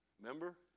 Remember